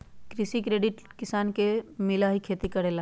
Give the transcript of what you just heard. कृषि credit loan किसान के मिलहई खेती करेला?